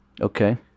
Okay